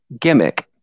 gimmick